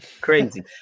crazy